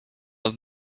will